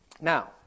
now